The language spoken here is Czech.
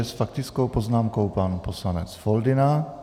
S faktickou poznámkou pan poslanec Foldyna.